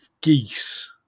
geese